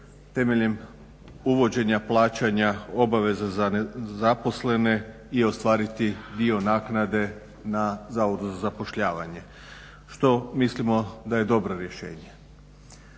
temeljem uvođenja plaćanja obaveza za nezaposlene i ostvariti dio naknade na Zavodu za zapošljavanje. Što mislimo da je dobro rješenje.